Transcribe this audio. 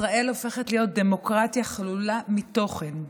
ישראל הופכת להיות דמוקרטיה חלולה מתוכן,